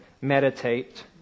meditate